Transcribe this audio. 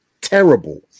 terrible